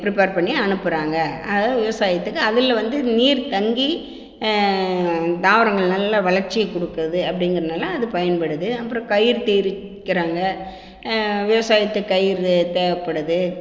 prepare பண்ணி அனுப்புகிறாங்க அது விவசாயத்துக்கு அதில் வந்து நீர் தங்கி தாவரங்கள் நல்ல வளர்ச்சியை கொடுக்குது அப்படிங்குறதுனால அது பயன்படுது அப்புறம் கயிறு திரிக்கிறாங்கள் விவசாயத்துக்கு கயிறு தேவைப்படுது